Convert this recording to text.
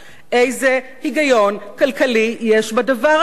איזה היגיון כלכלי יש בדבר הזה?